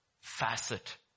facet